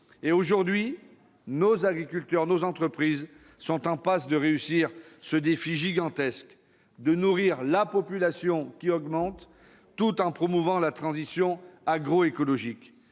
Actuellement, nos agriculteurs et nos entreprises sont en passe de relever le défi gigantesque de nourrir la population, qui augmente, tout en promouvant la transition agroécologique.